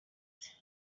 nti